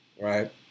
right